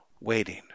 waiting